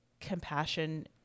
compassion